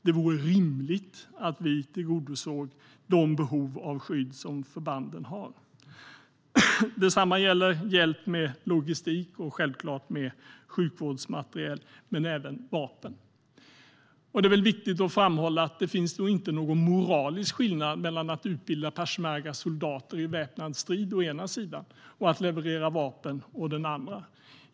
Det vore rimligt att vi tillgodosåg de behov av skydd som förbanden har. Detsamma gäller hjälp med logistik och självklart med sjukvårdsmateriel, men även med vapen. Det är viktigt att framhålla att det nog inte finns någon moralisk skillnad mellan att utbilda peshmergas soldater i väpnad strid å ena sidan och att leverera vapen å den andra.